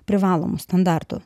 privalomu standartu